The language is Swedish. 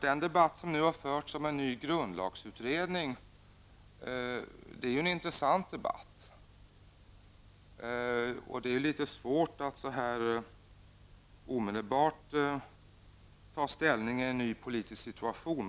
Den debatt som nu har förts om en ny grundlagsutredning är en intressant debatt. Men det är litet svårt att så här omedelbart ta ställning när det gäller en ny politisk situation.